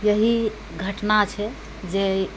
इएह घटना छै जे